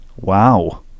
Wow